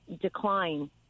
decline